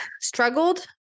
struggled